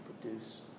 produce